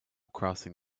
crossing